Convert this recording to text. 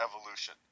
evolution